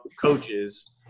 coaches